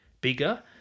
bigger